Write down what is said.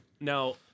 now